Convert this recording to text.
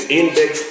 index